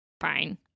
Fine